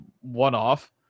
one-off